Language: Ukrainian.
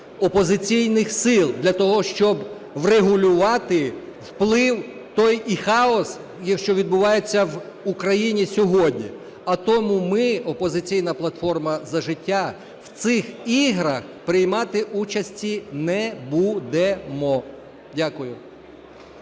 опозиційних сил, для того щоб врегулювати вплив той і хаос, що відбувається в Україні сьогодні. А тому ми, "Опозиційна платформа – За життя", в цих іграх приймати участі не будемо. Дякую.